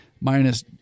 minus